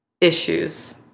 issues